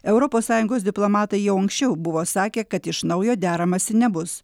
europos sąjungos diplomatai jau anksčiau buvo sakę kad iš naujo deramasi nebus